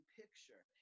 picture